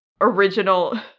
original